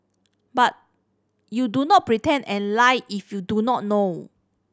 but you do not pretend and lie if you do not know